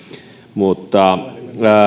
mutta